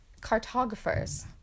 cartographers